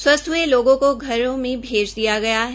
स्वस्थ हये लोगों को घरों में भेज दिया गया है